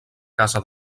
casa